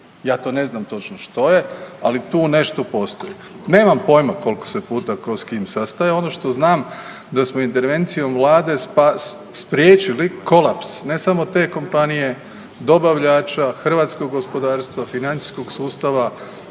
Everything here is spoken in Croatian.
Ja to ne znam točno što je, ali tu nešto postoji. Nemam pojima koliko se puta tko s kim sastajao ono što znam da smo intervencijom vlade spriječili kolaps ne samo te kompanije, dobavljača, hrvatskog gospodarstva, financijskog sustava,